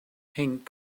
pink